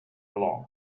along